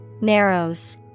Narrows